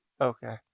Okay